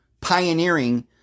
pioneering